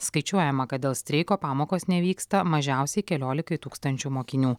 skaičiuojama kad dėl streiko pamokos nevyksta mažiausiai keliolikai tūkstančių mokinių